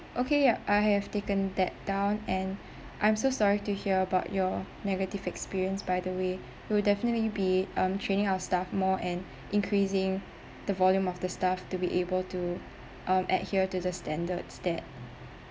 okay ya I have taken that down and I'm so sorry to hear about your negative experience by the way we will definitely be um training our staff more and increasing the volume of the staff to be able to um adhere to the standards that